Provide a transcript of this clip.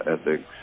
ethics